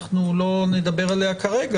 אנחנו לא נדבר עליה כרגע,